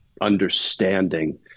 understanding